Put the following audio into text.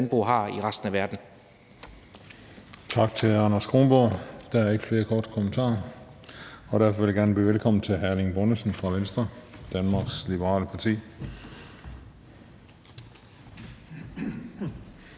landbrug har i resten af verden.